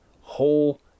whole